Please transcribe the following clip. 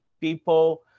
People